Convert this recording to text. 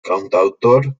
cantautor